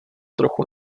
trochu